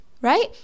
right